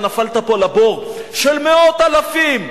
אתה נפלת פה לבור של מאות אלפים.